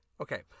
Okay